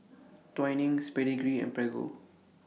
Twinings Pedigree and Prego